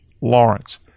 Lawrence